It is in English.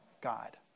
God